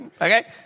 Okay